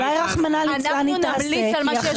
אולי רחמנא ליצלן היא תעשה כי היא אחראית.